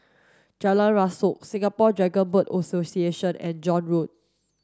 Jalan Rasok Singapore Dragon Boat Association and Joan Road